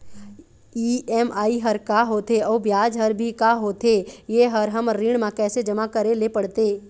EMI हर का होथे अऊ ब्याज हर भी का होथे ये हर हमर ऋण मा कैसे जमा करे ले पड़ते?